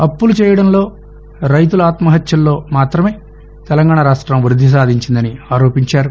అప్పులు చేయడంలో రైతుల ఆత్మహత్యల్లో మాతమే తెలంగాణ రాష్ట్రం వృద్ది సాధించిందిని ఆరోపించారు